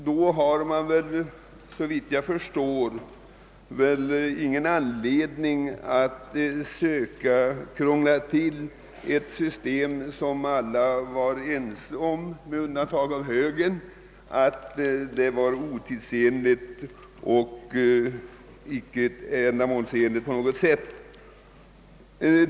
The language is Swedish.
Då har vi väl ingen anledning att återgå till ett system som alla med undantag av högermännen var ense om var otidsenligt och icke ändamålsenligt.